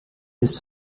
ist